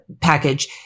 package